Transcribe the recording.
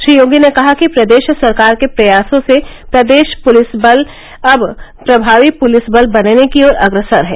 श्री योगी ने कहा कि प्रदेश सरकार के प्रयासों से प्रदेश पुलिस बल अब प्रभावी पुलिस बल बनने की ओर अग्रसर है